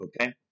okay